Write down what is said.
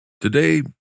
Today